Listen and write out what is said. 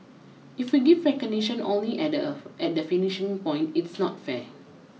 if we give recognition only at at the finishing point it's not fair